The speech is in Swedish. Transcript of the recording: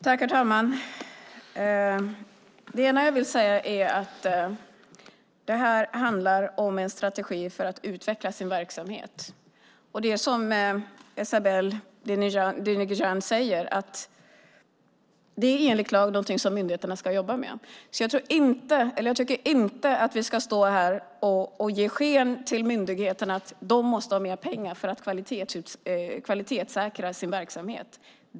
Herr talman! Det ena jag vill säga är att det handlar om en strategi för att utveckla sin verksamhet. Det är som Esabelle Dingizian säger. Det är enligt lag någonting som myndigheterna ska jobba med. Jag tycker inte att vi ska stå här och till myndigheterna ge sken av att de måste ha mer pengar för att kvalitetssäkra sin verksamhet.